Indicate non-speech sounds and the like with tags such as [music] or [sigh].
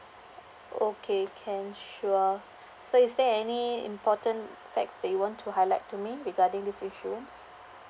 okay can sure [breath] so is there any important facts that you want to highlight to me regarding this insurance